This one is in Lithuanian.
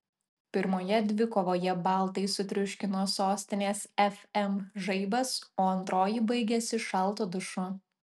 pirmoje dvikovoje baltai sutriuškino sostinės fm žaibas o antroji baigėsi šaltu dušu